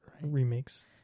remakes